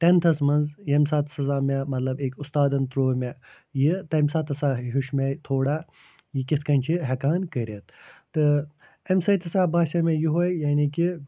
ٹیٚنتھَس منٛز ییٚمہِ ساتہٕ مےٚ مطلب أکۍ اُستادَن ترٛٲو مےٚ یہِ تَمہِ ساتہٕ ہسا ہیٛوچھ مےٚ تھوڑا یہِ کِتھ کٔنۍ چھِ ہیٚکان کٔرِتھ تہٕ اَمہِ سۭتۍ ہسا باسیٛو مےٚ یُہوے یعنی کہِ